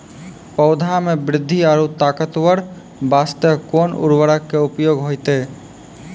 पौधा मे बृद्धि और ताकतवर बास्ते कोन उर्वरक के उपयोग होतै?